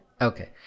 Okay